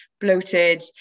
bloated